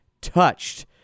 touched